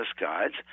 Guides